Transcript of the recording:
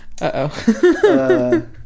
Uh-oh